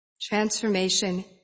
Transformation